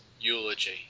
eulogy